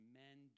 men